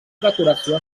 decoració